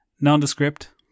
Nondescript